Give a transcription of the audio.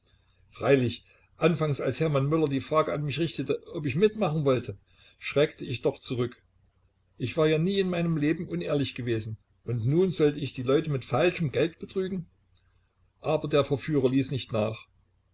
freilich anfangs als hermann möller die frage an mich richtete ob ich mitmachen wollte schreckte ich doch zurück ich war ja nie in meinem leben unehrlich gewesen und nun sollte ich die leute mit falschem geld betrügen aber der verführer ließ nicht nach